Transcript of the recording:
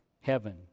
heaven